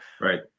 Right